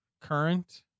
Current